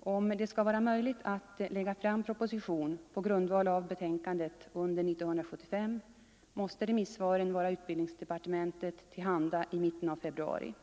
Om det skall vara möjligt att lägga fram propositionen på grundval av betänkandet under år 1975, måste remissvaren vara utbildningsdepartementet till handa i mitten av februari.